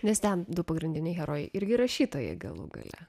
nes ten du pagrindiniai herojai irgi rašytojai galų gale